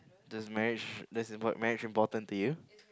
does marriage is marriage important to you